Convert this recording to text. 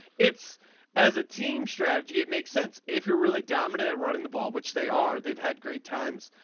it's as a team strategy it makes sense if you're really dominant and running the ball which they are. they've had great times.